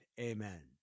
Amen